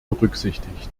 berücksichtigt